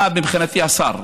אתה מבחינתי השר.